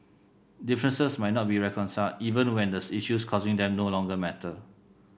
differences might not be reconciled even when the issues causing them no longer matter